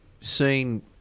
seen